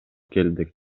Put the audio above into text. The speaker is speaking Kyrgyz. келдик